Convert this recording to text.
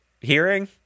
hearing